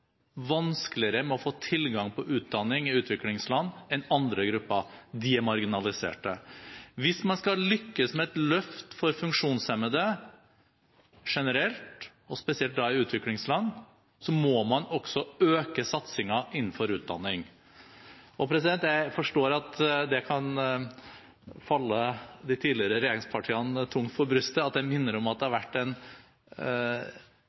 vanskeligere for å få tilgang til utdanning i utviklingsland enn andre grupper. De er marginaliserte. Hvis man skal lykkes med et løft for funksjonshemmede generelt, og spesielt da i utviklingsland, må man også øke satsingen innenfor utdanning. Jeg forstår at det kan falle de tidligere regjeringspartiene tungt for brystet at jeg minner om at det